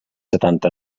setanta